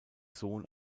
sohn